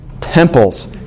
temples